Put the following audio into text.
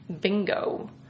Bingo